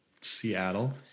Seattle